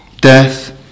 Death